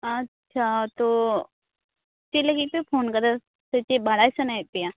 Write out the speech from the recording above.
ᱟᱻᱪᱷᱟ ᱛᱚ ᱪᱮᱛ ᱞᱟ ᱜᱤᱫ ᱯᱮ ᱯᱷᱳᱱ ᱟᱠᱟᱫᱟ ᱥᱮ ᱪᱮᱫ ᱵᱟᱲᱟᱭ ᱥᱟᱱᱟᱭᱮᱫ ᱯᱮᱭᱟ